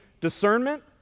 discernment